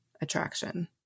attraction